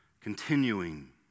continuing